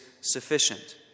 sufficient